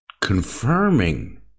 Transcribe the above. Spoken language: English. confirming